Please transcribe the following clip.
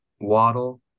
Waddle